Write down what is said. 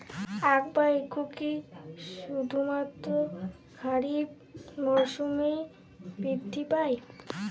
আখ বা ইক্ষু কি শুধুমাত্র খারিফ মরসুমেই বৃদ্ধি পায়?